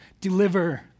deliver